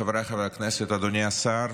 חבריי חברי הכנסת, אדוני השר,